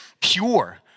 pure